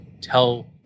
tell